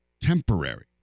temporary